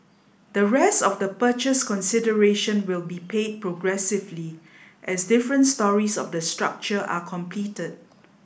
the rest of the purchase consideration will be paid progressively as different storeys of the structure are completed